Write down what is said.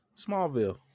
Smallville